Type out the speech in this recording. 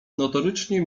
notorycznie